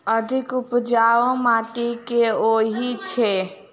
अधिक उपजाउ माटि केँ होइ छै?